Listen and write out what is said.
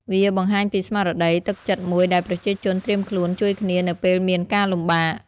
វាបង្ហាញពីស្មារតី ទឹកចិត្តមួយដែលប្រជាជនត្រៀមខ្លួនជួយគ្នានៅពេលមានការលំបាក។